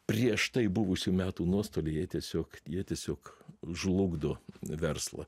prieš tai buvusių metų nuostoliai jie tiesiog jie tiesiog žlugdo verslą